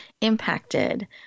impacted